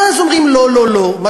ואז אומרים: לא לא לא,